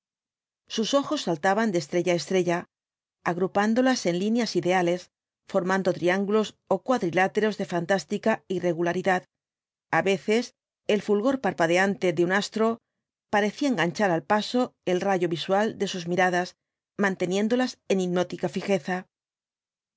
sus ojos saltaban de estrella á estrella agrupándolas en líneas ideales formando triángulos ó cuadriláteros de fantástica irregularidad a veces el fulgor parpadeante de un astro parecía enganchar al paso el rayo visual de sus miradas manteniéndolas en hipnótica fijeza